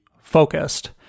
focused